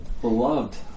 beloved